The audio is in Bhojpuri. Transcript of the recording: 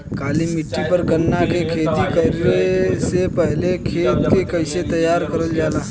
काली मिट्टी पर गन्ना के खेती करे से पहले खेत के कइसे तैयार करल जाला?